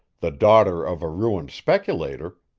the daughter of a ruined speculator,